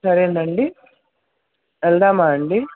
సరేనండి వెళదామా అండి